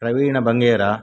Praveen Bangera